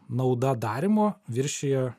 nauda darymo viršija